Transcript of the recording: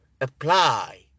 apply